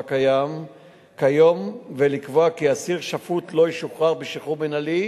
הקיים כיום ולקבוע כי אסיר שפוט לא ישוחרר בשחרור מינהלי